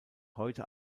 heute